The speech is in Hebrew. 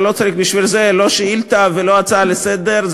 ולא צריך בשביל זה לא שאילתה ולא הצעה לסדר,